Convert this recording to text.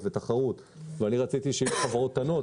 ותחרות ואני רציתי שיהיו חברות קטנות,